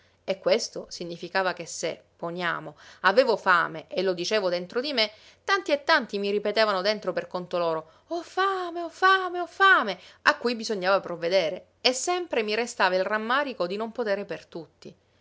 e questo significava che se poniamo avevo fame e lo dicevo dentro di me tanti e tanti mi ripetevano dentro per conto loro ho fame ho fame ho fame a cui bisognava provvedere e sempre mi restava il rammarico di non potere per tutti